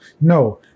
No